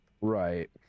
Right